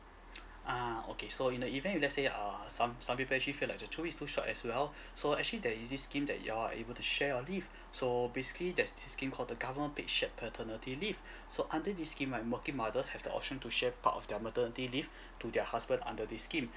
ah okay so in the event if let's say uh some some people actually feel like the two weeks is too short as well so actually there is this scheme that y'all are able to share your leave so basically there's this scheme called the government paid shared paternity leave so under the scheme right working mothers have the option to share part of their maternity leave to their husband under this scheme